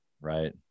right